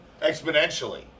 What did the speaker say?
Exponentially